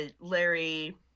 Larry